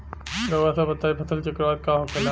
रउआ सभ बताई फसल चक्रवात का होखेला?